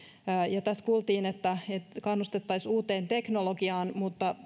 ovat tässä kuultiin että kannustettaisiin uuteen teknologiaan mutta